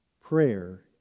Prayer